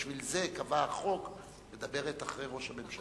בשביל זה קבע החוק, מדברת אחרי ראש הממשלה.